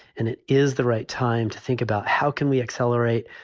and it is the right time to think about how can we accelerate?